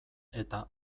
eta